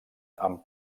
amb